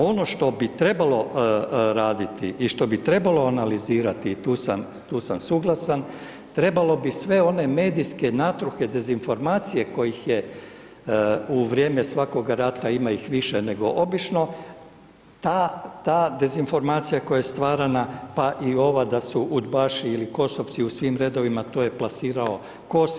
Ono što bi trebalo raditi i što bi trebalo analizirati i tu sam suglasan, trebalo bi sve one medijske natruhe, dezinformacije kojih je u vrijeme svakoga rata, ima ih više nego obično ta dezinformacija koja je stvarana pa i ova da su udbaši ili KOS-ovci u svim redovima to je plasirao KOS.